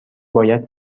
باید